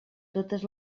totes